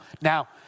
Now